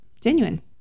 genuine